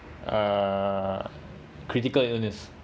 uh critical illness